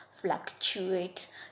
fluctuate